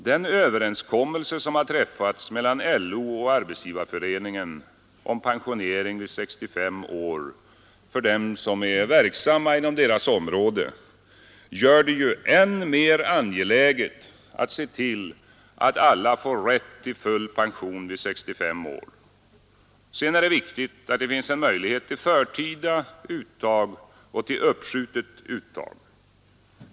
Den överenskommelse som har träffats mellan LO och Arbetsgivareföreningen om pensionering vid 65 år för dem som är verksamma inom deras område gör det ju än mer angeläget att se till att alla får rätt till full pension vid 65 år. Sedan är det viktigt att det finns en möjlighet till förtida uttag och till uppskjutet uttag.